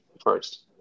first